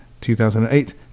2008